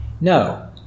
No